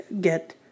get